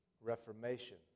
Reformation